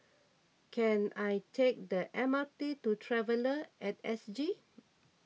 can I take the MRT to Traveller at S G